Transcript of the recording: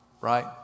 right